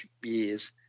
years